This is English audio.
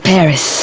Paris